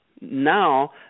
now